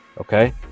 okay